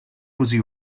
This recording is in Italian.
così